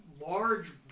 large